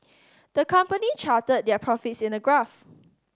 the company charted their profits in a graph